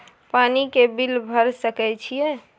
पानी के बिल भर सके छियै?